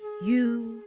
you,